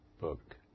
book